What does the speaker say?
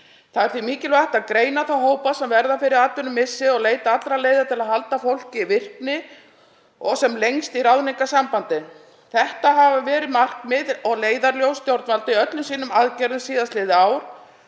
Það er því mikilvægt að greina þá hópa sem verða fyrir atvinnumissi og leita allra leiða til að halda fólki í virkni og sem lengst í ráðningarsambandi. Þetta hafa verið markmið og leiðarljós stjórnvalda í öllum aðgerðum sínum síðastliðið ár